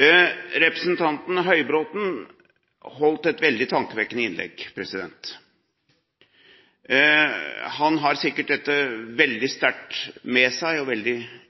Representanten Høybråten holdt et veldig tankevekkende innlegg. Han har sikkert et veldig sterkt engasjement med seg og er veldig